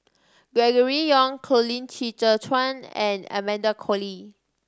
Gregory Yong Colin Qi Zhe Quan and Amanda Koe Lee